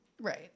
Right